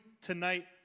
tonight